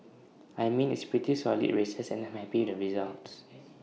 I mean it's pretty solid races and I'm happy the results